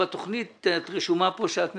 שבתוכנית את רשומה כאן שאת מדברת,